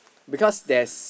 because there's